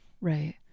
Right